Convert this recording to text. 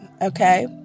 okay